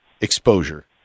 exposure